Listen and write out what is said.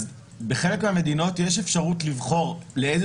בחלק מהמדינות יש אפשרות לבחור לאיזה